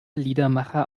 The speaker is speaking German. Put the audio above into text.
liedermacher